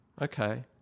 Okay